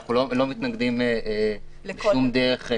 אנחנו לא מתנגדים בשום דרך.